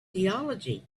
theology